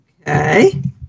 Okay